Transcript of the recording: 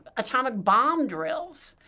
atomic bomb drills,